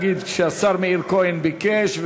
שהשר מאיר כהן ביקש,